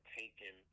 taken